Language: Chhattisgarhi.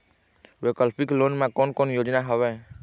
वैकल्पिक लोन मा कोन कोन योजना हवए?